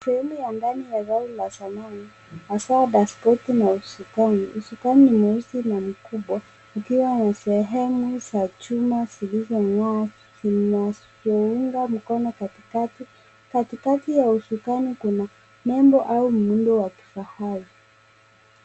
Sehemu ya ndani ya gari la zamani hasa basketi na usukani. Usukani ni nyeusi na ni kubwa ikiwa ni sehemu za chuma zilizong'aa zinazounga mkono katikati. Katikati ya usukani kuna nembo au muundo wa kifahari.